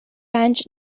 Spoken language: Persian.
رنج